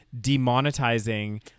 demonetizing